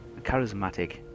charismatic